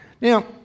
Now